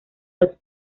los